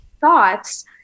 thoughts